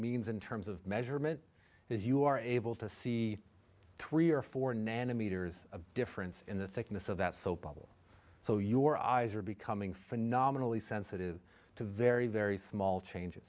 means in terms of measurement is you are able to see three or four nanometers of difference in the thickness of that soap bubble so your eyes are becoming phenomenally sensitive to very very small change